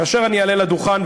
כאשר אני אעלה לדוכן,